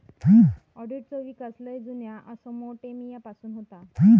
ऑडिटचो विकास लय जुन्या मेसोपोटेमिया पासून होता